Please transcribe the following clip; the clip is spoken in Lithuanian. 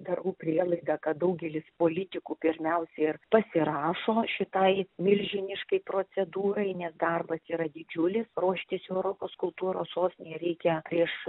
darau prielaidą kad daugelis politikų pirmiausia ir pasirašo šitai milžiniškai procedūrai nes darbas yra didžiulis ruoštis europos kultūros sostinei reikia prieš